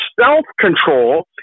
self-control